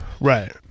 Right